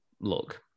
look